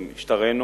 במשטרנו,